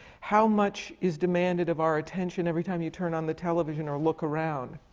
how much is demanded of our attention every time you turn on the television or look around?